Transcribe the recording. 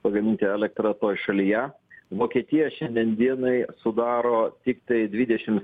pagaminti elektrą toj šalyje vokietija šiandien dienai sudaro tiktai dvidešim